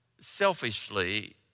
selfishly